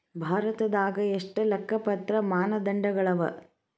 ಭಾರತದಾಗ ಎಷ್ಟ ಲೆಕ್ಕಪತ್ರ ಮಾನದಂಡಗಳವ?